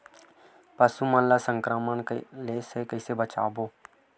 पशु मन ला संक्रमण से कइसे बचाबो?